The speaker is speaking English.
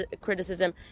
criticism